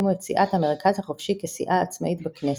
והקימו את סיעת המרכז החופשי כסיעה עצמאית בכנסת.